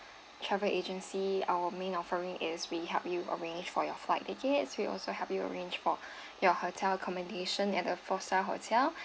travel agency our main offering is we help you arrange for your flight tickets we also help you arrange for your hotel accommodation at the four star hotel